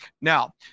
Now